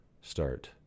start